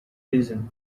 reason